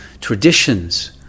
traditions